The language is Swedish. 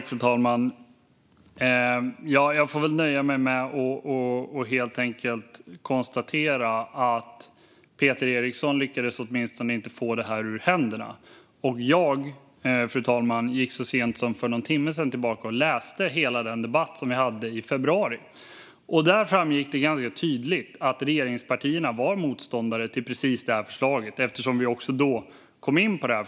Fru talman! Jag får väl nöja mig med att helt enkelt konstatera att Peter Eriksson åtminstone inte lyckades få detta ur händerna. Jag gick, fru talman, så sent som för en timme sedan tillbaka och läste hela den debatt vi hade i februari. Där framgick det ganska tydligt att regeringspartierna var motståndare till precis detta förslag, som vi också då kom in på.